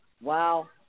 Wow